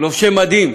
ובעיני גם הסתה,